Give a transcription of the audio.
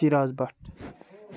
Shiraz Bhat